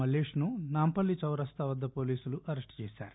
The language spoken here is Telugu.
మల్లేష్ను నాంపల్లి చౌరస్తా వద్ద పోలీసులు అరెస్టు చేశారు